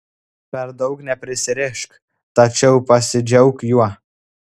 per daug neprisirišk tačiau pasidžiauk juo